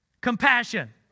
Compassion